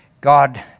God